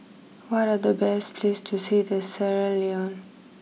what are the best places to see the Sierra Leone